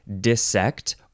dissect